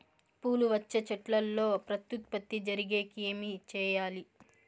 పూలు వచ్చే చెట్లల్లో ప్రత్యుత్పత్తి జరిగేకి ఏమి చేయాలి?